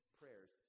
prayers